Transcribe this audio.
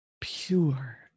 pure